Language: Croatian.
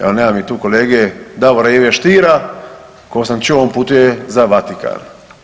Evo nema mi tu kolege Davora Ive Stiera koliko sam čuo on putuje za Vatikan.